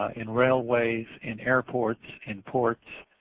in railways, in airports, and ports